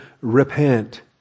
repent